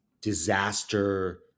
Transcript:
disaster